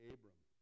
Abram